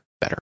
better